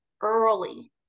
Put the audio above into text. early